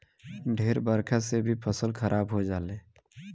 ढेर बरखा से भी फसल खराब हो जाले